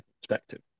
perspective